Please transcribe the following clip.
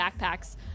backpacks